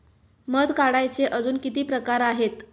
मध काढायचे अजून किती प्रकार आहेत?